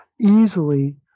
easily